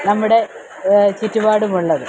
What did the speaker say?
നമ്മുടെ ചുറ്റുപാടുമുള്ളത്